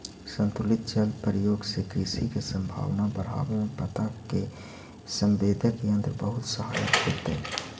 संतुलित जल प्रयोग से कृषि के संभावना बढ़ावे में पत्ता के संवेदक यंत्र बहुत सहायक होतई